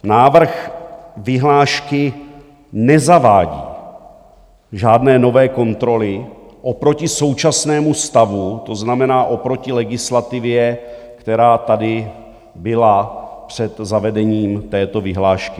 Návrh vyhlášky nezavádí žádné nové kontroly oproti současnému stavu, to znamená oproti legislativě, která tady byla před zavedením této vyhlášky.